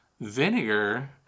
vinegar